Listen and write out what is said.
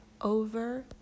over